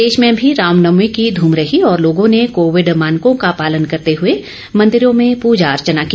प्रदेश में भी रामनवमी की धूम रही और लोगों ने कोविड मानकों का पालन करते हुए मंदिरों में पूजा अर्चना की